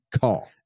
call